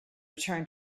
return